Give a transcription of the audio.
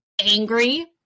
angry